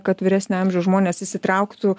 kad vyresnio amžiaus žmonės įsitrauktų